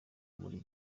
muri